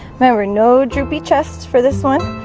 there were no droopy chests for this one.